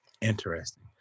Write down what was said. interesting